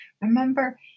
Remember